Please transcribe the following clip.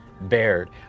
bared